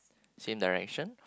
same direction